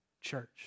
church